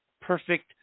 perfect